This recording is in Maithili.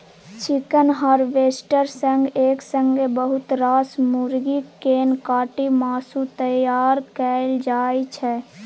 चिकन हार्वेस्टर सँ एक संगे बहुत रास मुरगी केँ काटि मासु तैयार कएल जाइ छै